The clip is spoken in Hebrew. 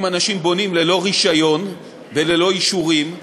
אם אנשים בונים ללא רישיון וללא אישורים,